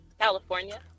California